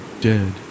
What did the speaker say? dead